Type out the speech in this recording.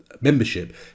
membership